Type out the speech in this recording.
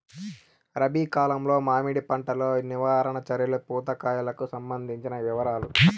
రబి కాలంలో మామిడి పంట లో నివారణ చర్యలు పూత కాయలకు సంబంధించిన వివరాలు?